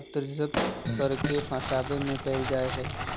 अक्स्र्दित करके फंसवे में कयल जा हइ